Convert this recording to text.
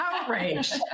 outraged